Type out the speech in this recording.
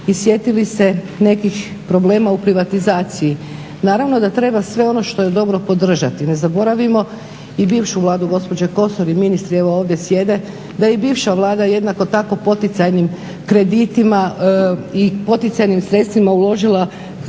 i sjetili se nekih problema u privatizaciji. Naravno da treba sve ono što je dobro podržati, ne zaboravimo i bivšu vladu gospođe Kosor i ministri ovdje sjede da je i bivša vlada jednako tako poticajnim kreditima i poticajnim sredstvima uložila